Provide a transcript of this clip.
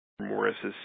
Morris's